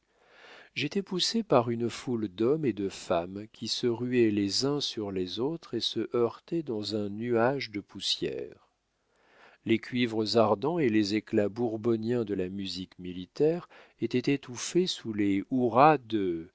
j'étais poussé par une foule d'hommes et de femmes qui se ruaient les uns sur les autres et se heurtaient dans un nuage de poussière les cuivres ardents et les éclats bourboniens de la musique militaire étaient étouffés sous les hourra de